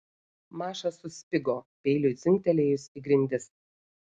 maša suspigo peiliui dzingtelėjus į grindis